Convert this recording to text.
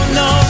no